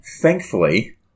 Thankfully